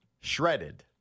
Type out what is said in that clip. Shredded